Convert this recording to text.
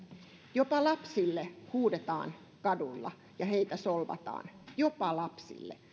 jopa lapsille huudetaan kaduilla ja heitä solvataan jopa lapsille